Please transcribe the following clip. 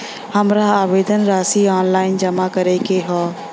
हमार आवेदन राशि ऑनलाइन जमा करे के हौ?